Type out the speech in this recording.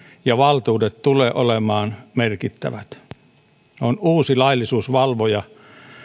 ja valtuudet tulevat olemaan merkittäviä on uusi laillisuusvalvoja